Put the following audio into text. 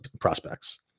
prospects